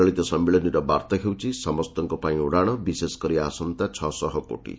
ଚଳିତ ସମ୍ମିଳନୀର ବାର୍ତ୍ତା ହେଉଛି 'ସମସ୍ତଙ୍କ ପାଇଁ ଉଡ଼ାଣ ବିଶେଷକରି ଆସନ୍ତା ଛଅଶହ କୋଟି'